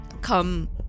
come